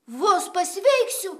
vos pasveiksiu